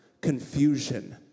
confusion